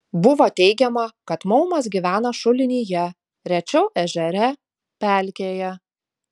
buvo teigiama kad maumas gyvena šulinyje rečiau ežere pelkėje